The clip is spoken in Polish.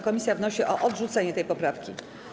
Komisja wnosi o odrzucenie tej poprawki.